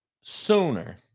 sooner